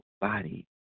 body